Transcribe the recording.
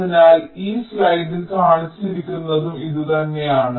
അതിനാൽ ഈ സ്ലൈഡിൽ കാണിച്ചിരിക്കുന്നതും ഇതുതന്നെയാണ്